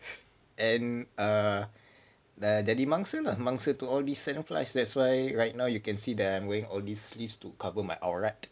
and uh the the dah jadi mangsa to all these sandflies that's why right now you can see that I'm wearing all these sleeves to cover my aurat